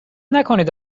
نکنید